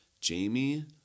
Jamie